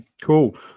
cool